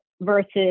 versus